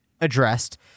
addressed